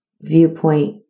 viewpoint